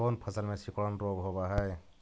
कोन फ़सल में सिकुड़न रोग होब है?